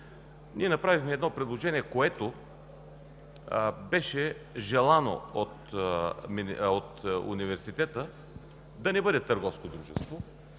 им. Направихме едно предложение, което беше желано от Университета – да не бъде търговско дружество